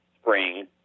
spring